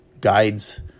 guides